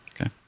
Okay